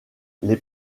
les